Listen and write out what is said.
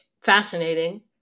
fascinating